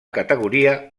categoria